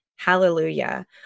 Hallelujah